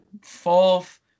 Fourth